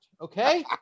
Okay